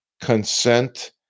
consent